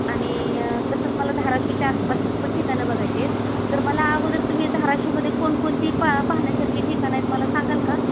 आणि तसंच मला धाराशिवच्या आसपासची पण ठिकाणं बघायची आहेत तर मला अगोदर तुम्ही धाराशविमध्ये कोणकोणती पा पाहण्यासारखी ठिकाणं आहेत मला सांगाल का